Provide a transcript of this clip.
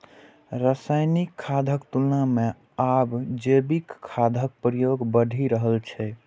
रासायनिक खादक तुलना मे आब जैविक खादक प्रयोग बढ़ि रहल छै